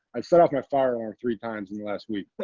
i've set off my fire alarm three times in the last week.